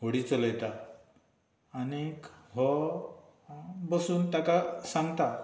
व्हडी चलयता आनीक हो बसून ताका सांगता